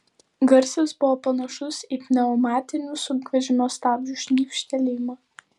garsas buvo panašus į pneumatinių sunkvežimio stabdžių šnypštelėjimą